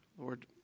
Lord